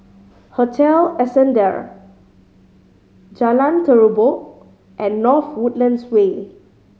Hotel Ascendere Jalan Terubok and North Woodlands Way